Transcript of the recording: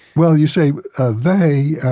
well, you say ah they,